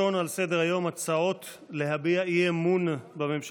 הצעת חוק הבטחת הכנסה (תיקון, גמלה